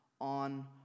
on